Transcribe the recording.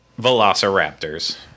velociraptors